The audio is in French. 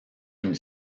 une